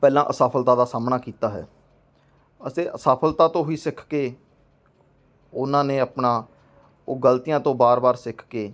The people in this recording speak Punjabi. ਪਹਿਲਾਂ ਅਸਫਲਤਾ ਦਾ ਸਾਹਮਣਾ ਕੀਤਾ ਹੈ ਅਤੇ ਅਸਫਲਤਾ ਤੋਂ ਹੀ ਸਿੱਖ ਕੇ ਉਹਨਾਂ ਨੇ ਆਪਣਾ ਉਹ ਗਲਤੀਆਂ ਤੋਂ ਬਾਰ ਬਾਰ ਸਿੱਖ ਕੇ